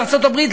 ארצות-הברית,